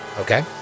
Okay